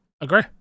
Agree